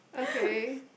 okay